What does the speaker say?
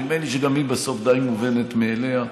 שנדמה לי שגם היא בסוף די מובנת מאליה.